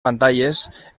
pantalles